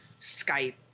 Skype